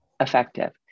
effective